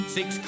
Six